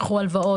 לקחו הלוואות,